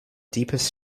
deepest